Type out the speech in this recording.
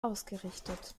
ausgerichtet